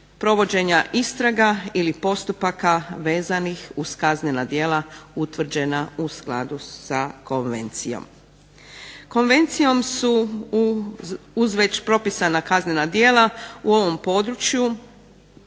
provođenja istraga ili postupaka vezanih uz kaznena djela utvrđena u skladu s konvencijom. Konvencijom su uz već propisana kaznena djela u ovom području